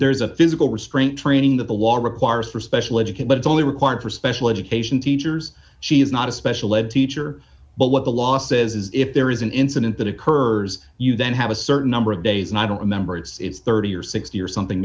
there's a physical restraint training that the law requires for special education but only required for special education teachers she is not a special ed teacher but what the law says is if there is an incident that occurs you then have a certain number of days and i don't remember it's thirty or sixty or something